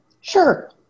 Sure